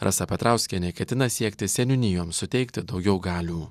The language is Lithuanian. rasa petrauskienė ketina siekti seniūnijoms suteikti daugiau galių